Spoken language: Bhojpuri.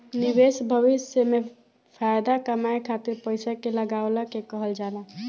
निवेश भविष्य में फाएदा कमाए खातिर पईसा के लगवला के कहल जाला